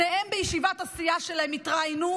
שניהם בישיבת הסיעה שלהם התראיינו,